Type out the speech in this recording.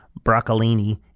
broccolini